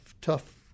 tough